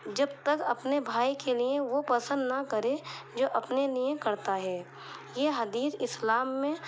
جب تک اپنے بھائی کے لیے وہ پسند نہ کرے جو اپنے لیے کرتا ہے یہ حدیث اسلام میں